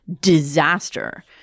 disaster